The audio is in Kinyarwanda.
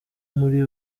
muri